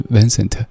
Vincent